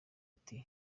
ati